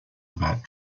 about